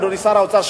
אדוני שר האוצר,